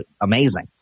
amazing